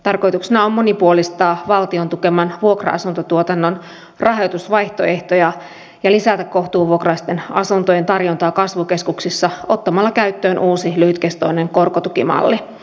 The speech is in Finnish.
tarkoituksena on monipuolistaa valtion tukeman vuokra asuntotuotannon rahoitusvaihtoehtoja ja lisätä kohtuuvuokraisten asuntojen tarjontaa kasvukeskuksissa ottamalla käyttöön uusi lyhytkestoinen korkotukimalli